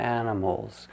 animals